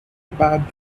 about